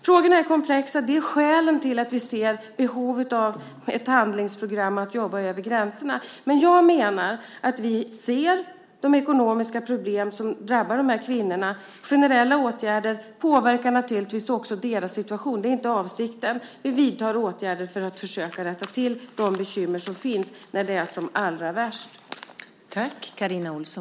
Frågan är komplex av det skälet att vi ser behov av ett handlingsprogram där vi kan jobba över gränserna. Vi ser de ekonomiska problem som drabbar dessa kvinnor. Generella åtgärder påverkar naturligtvis också deras situation. Det är inte avsikten. Vi vidtar åtgärder för att försöka rätta till de bekymmer som finns när det är som allra värst.